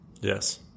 Yes